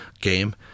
game